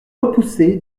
repoussé